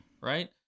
Right